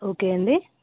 okay అండి